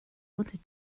wanted